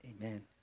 Amen